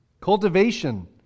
Cultivation